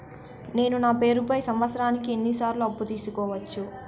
నేను నా పేరుపై సంవత్సరానికి ఎన్ని సార్లు అప్పు తీసుకోవచ్చు?